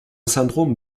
syndrome